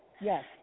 Yes